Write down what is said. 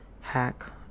hack